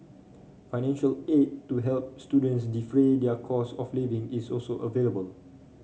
financial aid to help students defray their cost of living is also available